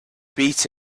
beat